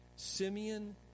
Simeon